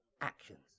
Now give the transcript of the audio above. actions